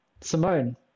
Simone